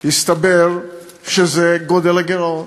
הסתבר שזה גודל הגירעון.